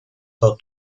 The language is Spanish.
dos